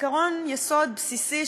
עקרון יסוד בסיסי,